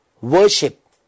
worship